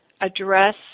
address